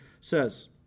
says